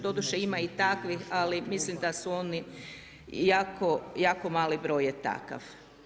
Doduše ima i takvih, ali mislim da su oni jako mali broj je takav.